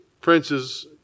princes